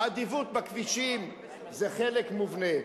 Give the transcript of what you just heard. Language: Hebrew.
האדיבות בכבישים היא חלק מובנה.